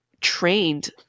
trained